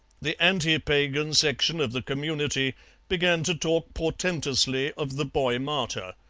the anti-pagan section of the community began to talk portentously of the boy-martyr.